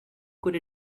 could